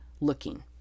looking